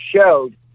showed